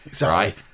right